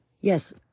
Yes